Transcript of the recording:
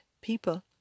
people